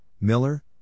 Miller